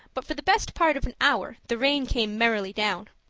but for the best part of an hour the rain came merrily down.